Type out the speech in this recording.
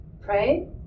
pray